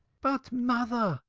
but, mother,